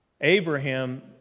Abraham